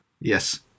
Yes